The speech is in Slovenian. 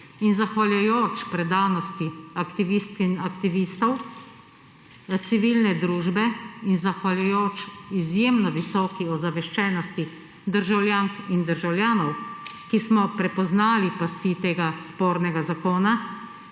In zahvaljujoč predanosti aktivistk in aktivistov civilne družbe in zahvaljujoč izjemno visoki ozaveščenosti državljank in državljanov, ki smo prepoznali pasti tega spornega zakona,